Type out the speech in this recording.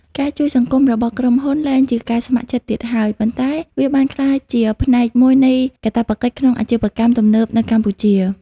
ការជួយសង្គមរបស់ក្រុមហ៊ុនលែងជាការស្ម័គ្រចិត្តទៀតហើយ ប៉ុន្តែវាបានក្លាយជាផ្នែកមួយនៃកាតព្វកិច្ចក្នុងអាជីវកម្មទំនើបនៅកម្ពុជា។